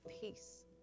peace